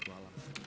Hvala.